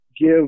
give